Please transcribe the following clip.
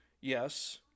Yes